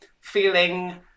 feeling